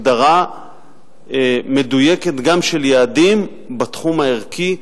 הגדרה מדויקת גם של יעדים בתחום הערכי,